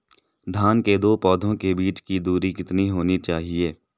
धान के दो पौधों के बीच की दूरी कितनी होनी चाहिए?